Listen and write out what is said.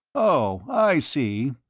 oh, i see,